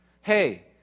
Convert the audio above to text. hey